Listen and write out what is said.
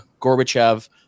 Gorbachev